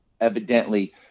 evidently